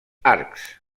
arcs